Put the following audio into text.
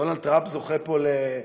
דונלד טראמפ זוכה פה לאהדה,